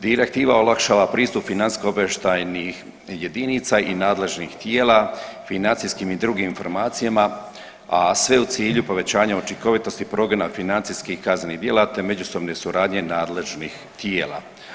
Direktiva olakšava pristup financijsko obavještajnih jedinica i nadležnih tijela financijskih i drugim informacijama, a sve u cilju povećanja učinkovitosti progona financijskih i kaznenih djela, te međusobne suradnje nadležnih tijela.